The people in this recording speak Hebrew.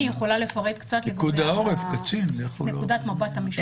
היא יכולה לפרט קצת לגבי נקודת המבט המשפטית.